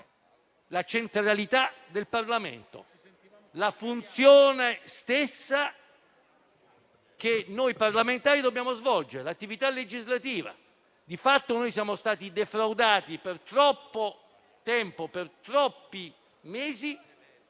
la centralità del Parlamento, la funzione stessa che noi parlamentari dobbiamo svolgere, l'attività legislativa. Di fatto, noi siamo stati defraudati per troppo tempo, per troppi mesi,